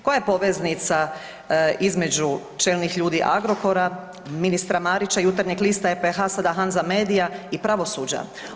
Koja je poveznica između čelnih ljudi Agrokora, ministra Marića, Jutarnjeg lista, EPH sada Hanza medija i pravosuđa?